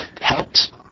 helped